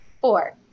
Four